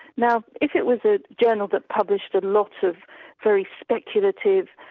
now if it was a journal that published a lot of very speculative,